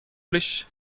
plij